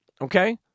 Okay